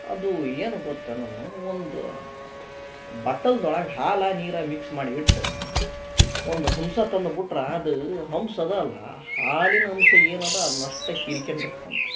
ಅದು ಏನು ಗೊತ್ತಾ ನನು ಒಂದು ಬಟ್ಟಲ್ದ ಒಳಗೆ ಹಾಲು ನೀರು ಮಿಕ್ಸ್ ಮಾಡಿ ಇಟ್ಟು ಒಂದು ಹಂಸ ತಂದು ಬಿಟ್ರ ಅದು ಹಂಸ ಅದ ಅಲ್ವ ಹಾಲಿನ ಅಂಶ ಏನದ ಅದ್ನ ಅಷ್ಟೇ ಹೀರ್ಕೊಂಡು ಇರತ್ತಂತ